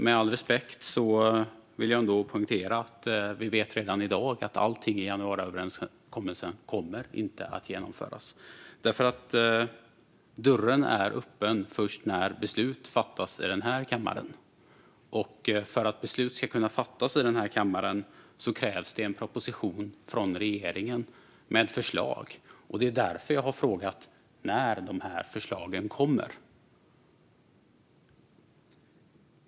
Med all respekt vill jag ändå poängtera att vi redan i dag vet att allting i januariöverenskommelsen inte kommer att genomföras, för dörren är öppen först när beslut fattas i kammaren. För att beslut ska kunna fattas i kammaren krävs det en proposition från regeringen med förslag. Det är därför jag har frågat när de här förslagen kommer.